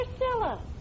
Priscilla